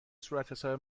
صورتحساب